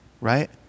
right